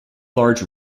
large